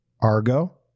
Argo